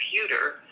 computer